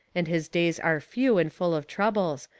and his days are few and full of troubles.